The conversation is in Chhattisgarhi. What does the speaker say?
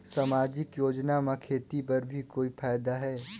समाजिक योजना म खेती बर भी कोई फायदा है?